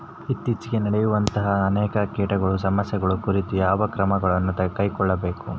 ಇತ್ತೇಚಿಗೆ ನಡೆಯುವಂತಹ ಅನೇಕ ಕೇಟಗಳ ಸಮಸ್ಯೆಗಳ ಕುರಿತು ಯಾವ ಕ್ರಮಗಳನ್ನು ಕೈಗೊಳ್ಳಬೇಕು?